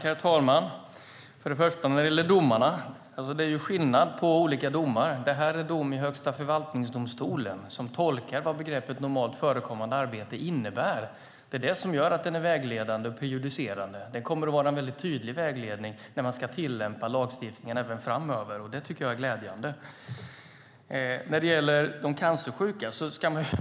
Herr talman! Det är skillnad på olika domar. Det här är en dom i Högsta förvaltningsdomstolen som tolkar vad begreppet "normalt förekommande arbete" innebär. Det är det som gör att den är vägledande och prejudicerande. Den kommer att vara en mycket tydlig vägledning när man ska tillämpa lagstiftningen även framöver. Det tycker jag är glädjande. Man kan se detta med de cancersjuka på två olika sätt.